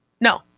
no